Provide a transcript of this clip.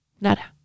Nada